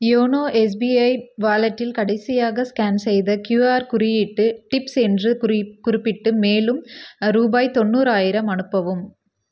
YONO SBI வாலெட்டில் கடைசியாக scan செய்த க்யூஆர் குறியீட்டுக்கு டிப்ஸ் என்று குறிப்பிட்டு மேலும் ரூபாய் தொண்ணூறாயிரம் அனுப்பவும்